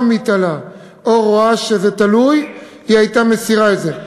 מי תלה או רואה שזה תלוי היא הייתה מסירה את זה.